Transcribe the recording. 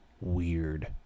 weird